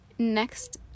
Next